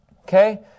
okay